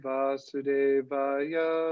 Vasudevaya